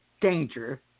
danger